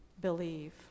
believe